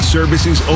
Services